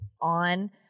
on